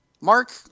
Mark